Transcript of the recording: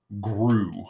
grew